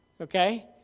Okay